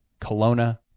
Kelowna